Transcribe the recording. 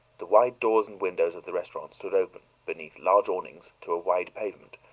the wide doors and windows of the restaurant stood open, beneath large awnings to a wide pavement,